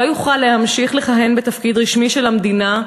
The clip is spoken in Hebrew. לא יוכל להמשיך לכהן בתפקיד רשמי של המדינה,